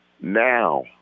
Now